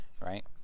right